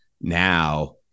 Now